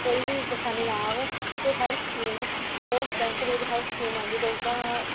ਕੋਈ ਵੀ ਪਰੇਸ਼ਾਨੀ ਨਾ ਆਵੇ ਤਾਂ ਹਰ ਸਕੀਮ ਜੋ ਬੈਂਕ ਦੇ ਵਿੱਚ ਹਰ ਸਕੀਮ ਆਉਂਦੀ ਤਾਂ ਉਸਦਾ